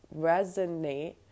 resonate